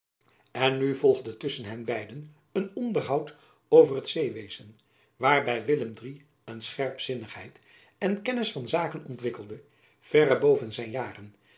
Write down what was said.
en nu volgde tusschen hen beiden een onderhoud over het zeewezen waarby willem iii een scherpzinnigheid en kennis van zaken ontwikkelde verre boven zijn jaren